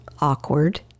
awkward